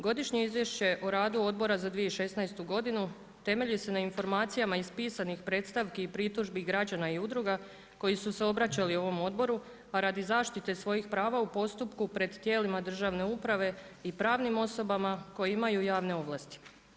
Godišnje o radu odbor za 2016. godinu temelji se na informacijama iz pisanih predstavki i pritužbi građana i udruga koji su se obraćali ovom odboru, a radi zaštite svojih prava u postupku pred tijelima državne uprave i pravnim osobama koje imaju javne ovlasti.